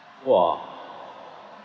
!wah!